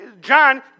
John